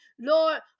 Lord